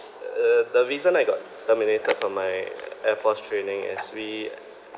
uh the reason I got terminated from my air force training actually